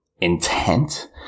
intent